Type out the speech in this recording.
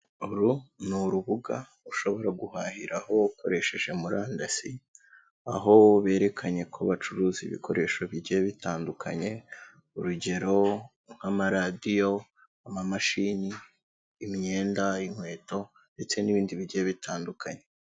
Uru ni urubuga ushobora guhahiraho ukoresheje murandasi, aho berekanye ko bacuruza ibikoresho bigiye bitandukanye, urugero nk'amaradiyo, amamashini, imyenda, inkweto, ndetse n'ibindi bigiye bitandukanye.